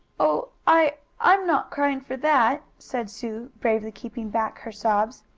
oh, i i'm not crying for that, said sue, bravely keeping back her sobs.